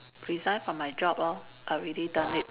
resign from my job lor I already done it